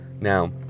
Now